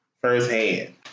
firsthand